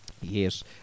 Yes